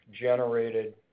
generated